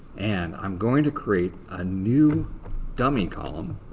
and um going to create a new dummy column.